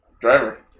Driver